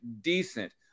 decent